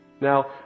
Now